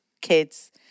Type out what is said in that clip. kids